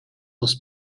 was